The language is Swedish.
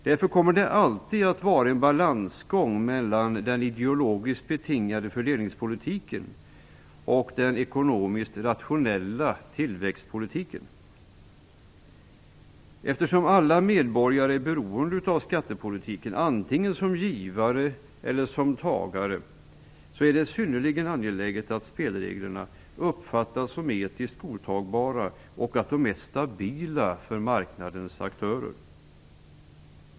Därför kommer det alltid att vara en balansgång mellan den ideologiskt betingade fördelningspolitiken och den ekonomiskt rationella tillväxtpolitiken. Eftersom alla medborgare är beroende av skattepolitiken, antingen som givare eller som mottagare, är det synnerligen angeläget att spelreglerna uppfattas som etiskt godtagbara och att de är stabila för marknadens aktörer.